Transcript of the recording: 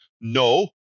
No